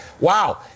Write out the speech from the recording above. Wow